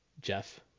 Jeff